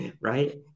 right